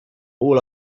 all